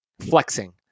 flexing